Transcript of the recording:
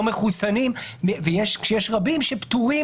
או את אלה שהם לא מחוסנים כשיש רבים שפטורים